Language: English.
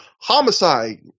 Homicide